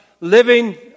living